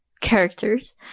characters